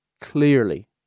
clearly